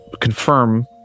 confirm